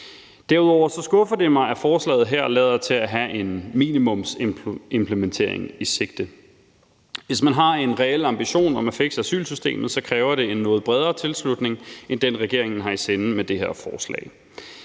Derudover skuffer det mig, at forslaget her lader til at sigte efter en minimumsimplementering. Hvis man har en reel ambition om at fikse asylsystemet, kræver det en noget bredere tilslutning, end hvad regeringen har i sinde med det her forslag.